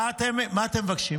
מה אתם מבקשים?